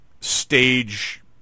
stage